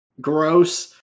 gross